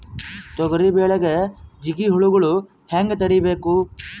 ತೊಗರಿ ಬೆಳೆಗೆ ಜಿಗಿ ಹುಳುಗಳು ಹ್ಯಾಂಗ್ ತಡೀಬೇಕು?